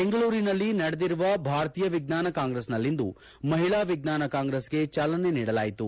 ಬೆಂಗಳೂರಿನಲ್ಲಿ ನಡೆದಿರುವ ಭಾರತೀಯ ವಿಜ್ಞಾನ ಕಾಂಗ್ರೆಸ್ ನಲ್ಲಿಂದು ಮಹಿಳಾ ವಿಜ್ಞಾನ ಕಾಂಗ್ರೆಸ್ಗೆ ಜಾಲನೆ ನೀಡಲಾಯಿತು